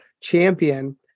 champion